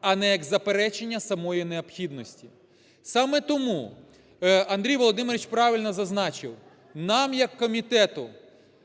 а не як заперечення самої необхідності. Саме тому, Андрій Володимирович правильно зазначив, нам як комітету